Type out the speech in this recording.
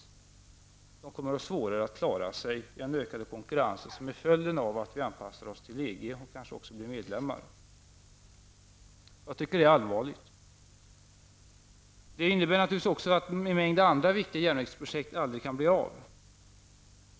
Företagen kommer att ha svårare att klara sig i den ökade konkurrens som blir följden av att vi anpassar oss till EG och kanske också blir medlemmar. Jag anser att detta är allvarligt. Detta innebär naturligtvis också att en mängd andra viktiga järnvägsprojekt aldrig kommer att bli av.